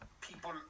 people